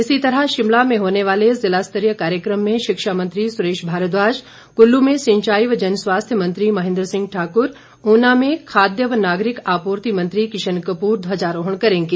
इसी तरह शिमला में होने वाले जिला स्तरीय कार्यक्रम में शिक्षा मंत्री सुरेश भारद्वाज कुल्लू में सिंचाई व जनस्वास्थ्य मंत्री महेंद्र सिंह ठाकूर ऊना में खाद्य व नागरिक आपूर्ति मंत्री किशन कपूर ध्वजारोहण करेंगें